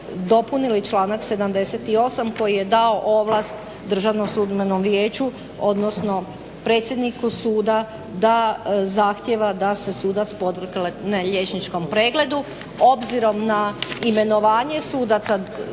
dopunili članak 78. koji je dao ovlast DSV-u, odnosno predsjedniku suda da zahtijeva da se sudac podvrgne liječničkom pregledu. Obzirom na imenovanje sudaca